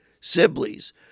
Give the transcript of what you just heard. Sibley's